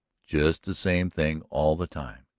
just the same thing all the time,